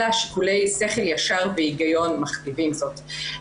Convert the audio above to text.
אלא שיקולי שכל ישר והיגיון מכתיבים זאת.